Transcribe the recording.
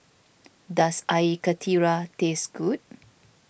does Air Karthira taste good